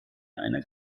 einer